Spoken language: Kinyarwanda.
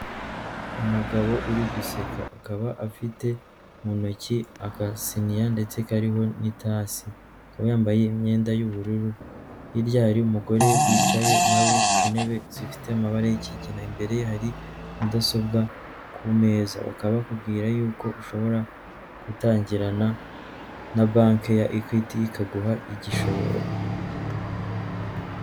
Umugabo uri guseka akaba afite mu ntoki akasiniya ndetse kariho n'itasi akaba yambaye imyenda y'ubururu. Hirya hari umugore wicaye nawe ku ntebe zifite amabara y'ikigena, imbere hari mudasobwa kumeza ukaba bakubwira y'uko ushobora gutangirana na banki ya ekwiti ikaguha igishoro.